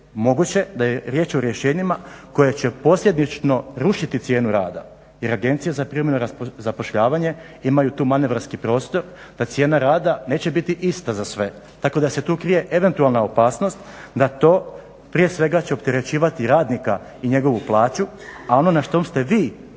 moguće da je riječ o rješenjima koje će posljedično rušiti cijenu rada jer agencija za privremeno zapošljavanje imaju tu manevarski prostor da cijena rada neće biti ista za sve. Tako da se tu krije eventualna opasnost da to prije svega će opterećivati radnika i njegovu plaću a ono na što ste vi